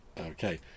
Okay